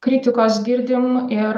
kritikos girdim ir